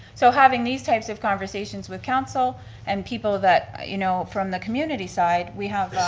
so having these types of conversations with council and people that, you know, from the community side, we have